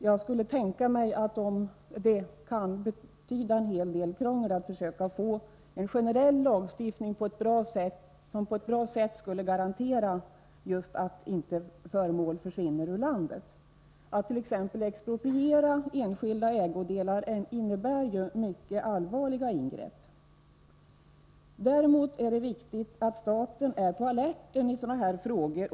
Jag kan tänka mig att en generell lagstiftning, som på ett bra sätt garanterar att konstföremål inte försvinner från landet, föranleder en hel del krångel. Expropriation av enskilda ägodelar t.ex. är ju ett mycket allvarligt ingrepp. Det är viktigt att man från statens sida är på alerten i sådana här frågor.